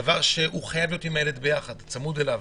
למרות שהוא חייב להיות צמוד אל הילד.